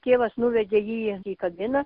tėvas nuvedė jį į kabiną